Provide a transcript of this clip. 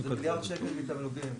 זה מיליארד שקל מתמלוגים.